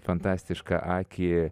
fantastišką akį